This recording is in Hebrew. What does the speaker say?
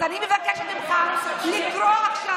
אז אני מבקשת ממך לקרוא עכשיו.